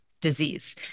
disease